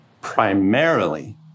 Primarily